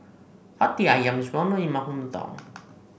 Hati ayam is well known in my hometown